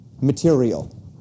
material